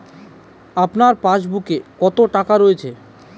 আপনার পাসবুকে কত টাকা রয়েছে?